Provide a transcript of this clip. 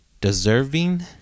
deserving